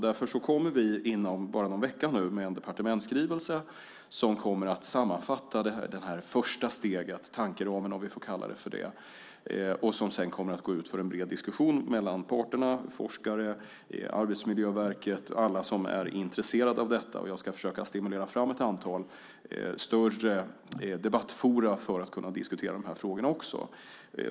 Därför kommer vi inom bara någon vecka med en departementsskrivelse som kommer att sammanfatta detta första steg, det som jag kallar tankeram, som sedan kommer att gå ut för en bred diskussion mellan parterna - forskare, Arbetsmiljöverket och alla som är intresserade av detta. Jag ska försöka stimulera fram ett antal större debattforum för att kunna diskutera dessa frågor också.